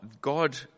God